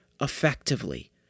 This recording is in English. effectively